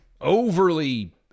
overly